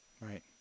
right